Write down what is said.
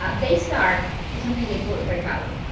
ah they start with something they call recaito,